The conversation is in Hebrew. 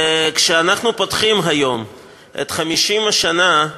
כשאנחנו פותחים היום את 50 השנה,